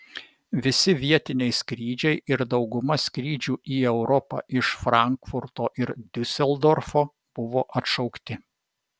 visi vietiniai skrydžiai ir dauguma skrydžių į europą iš frankfurto ir diuseldorfo buvo atšaukti